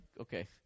okay